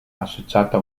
associata